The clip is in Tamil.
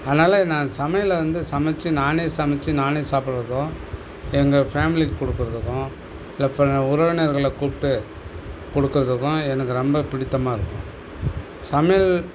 அதனால் நான் சமையலை வந்து சமைத்து நானே சமைத்து நானே சாப்பிட்றதும் எங்கள் ஃபேமிலிக்கு கொடுக்கறதுக்கும் இல்லை உறவினர்களை கூப்பிட்டு கொடுக்கறதுக்கும் எனக்கு ரொம்ப பிடித்தமாக இருக்கும் சமையல்